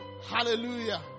Hallelujah